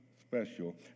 special